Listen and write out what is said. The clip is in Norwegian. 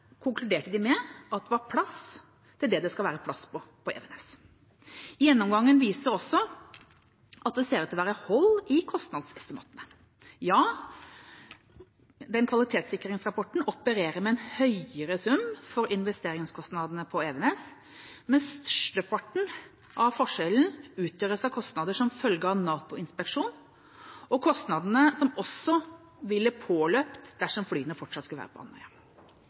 konkluderte med at det var plass til det det skal være plass til på Evenes. Gjennomgangen viser også at det ser ut til å være hold i kostnadsestimatene. Ja, kvalitetssikringsrapporten opererer med en høyere sum for investeringskostnadene på Evenes, men størsteparten av forskjellen utgjøres av kostnader som følge av NATO-inspeksjon og kostnadene som også ville påløpt dersom flyene fortsatt skulle være på Andøya.